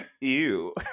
Ew